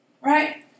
right